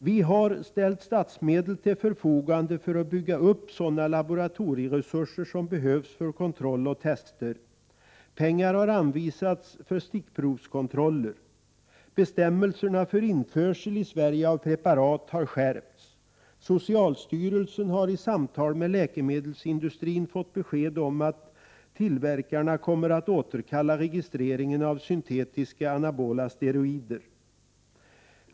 Vi har ställt statsmedel till förfogande för att bygga upp sådana laboratorieresurser som behövs för kontroll och tester. Pengar har anvisats för stickprovskontroller. Bestämmelserna för införsel av preparat till Sverige har skärpts. Socialstyrelsen har i samtal med läkemedelsindustrin fått besked om att tillverkarna kommer att återkalla registreringen av syntetiska anabola steroider.